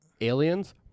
Aliens